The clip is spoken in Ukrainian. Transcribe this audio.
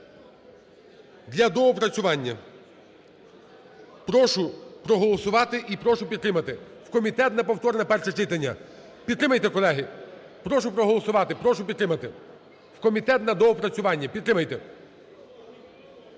для доопрацювання. Прошу проголосувати і прошу підтримати в комітет на повторне перше читання. Підтримайте, колеги. Прошу проголосувати, прошу підтримати. В комітет на доопрацювання. Підтримайте!